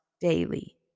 daily